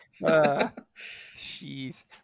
Jeez